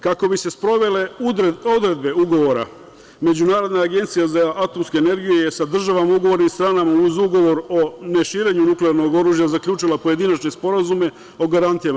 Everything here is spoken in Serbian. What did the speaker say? Kako bi se sprovele odredbe Ugovora, Međunarodna agencija za atomsku energiju je sa državama ugovornim stranama uz Ugovor o neširenju nuklearnog oružja zaključila pojedinačne sporazume o garantijama.